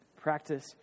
Practice